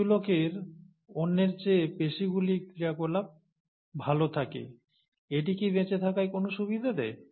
কিছু লোকের অন্যের চেয়ে পেশীগুলির ক্রিয়াকলাপ ভাল থাকে এটি কী বেঁচে থাকায় কোন সুবিধা দেয়